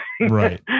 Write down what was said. right